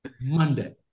Monday